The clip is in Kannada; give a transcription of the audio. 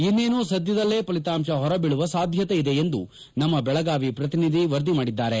ಇನ್ನೇನು ಸದ್ಗದಲ್ಲೇ ಫಲಿತಾಂಶ ಹೊರಬೀಳುವ ಸಾಧ್ಗತೆ ಇದೆ ಎಂದು ನಮ್ಮ ಬೆಳಗಾವಿ ಪ್ರತಿನಿಧಿ ವರದಿ ಮಾಡಿದ್ದಾರೆ